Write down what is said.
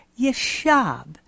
yeshab